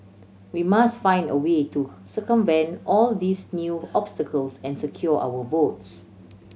we must find a way to circumvent all these new obstacles and secure our votes